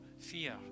fear